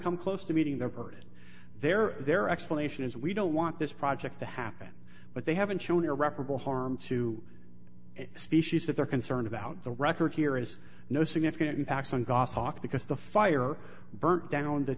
come close to meeting their burden their their explanation is we don't want this project to happen but they haven't shown irreparable harm to species that they're concerned about the record here is no significant impacts on goshawk because the fire burnt down